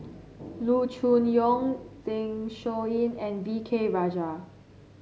Loo Choon Yong Zeng Shouyin and V K Rajah